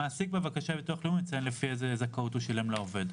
המעסיק --- מציין לפי איזו זכאות הוא שילם לעובד.